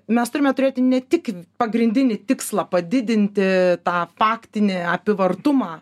mes turime turėti ne tik pagrindinį tikslą padidinti tą faktinį apyvartumą